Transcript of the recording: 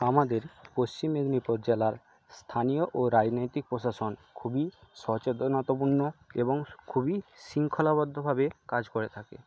আমাদের পশ্চিম মেদিনীপুর জেলার স্থানীয় ও রাজনৈতিক প্রশাসন খুবই সচেতনতাপূর্ণ এবং খুবই শৃঙ্খলাবদ্ধভাবে কাজ করে থাকে